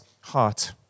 heart